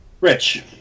Rich